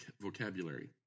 vocabulary